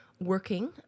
working